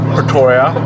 Pretoria